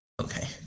Okay